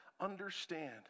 Understand